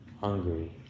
hungry